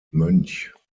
mönch